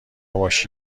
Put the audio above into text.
ﺧﻮﺭﺩﯾﻢ